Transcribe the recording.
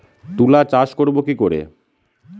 তুলা চাষ করব কি করে?